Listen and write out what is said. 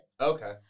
Okay